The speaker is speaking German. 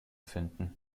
finden